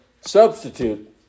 substitute